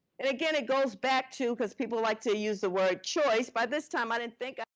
and again, it goes back to, because people like to use the word choice, by this time i didn't think i